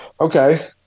okay